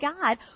God